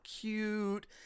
cute